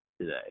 today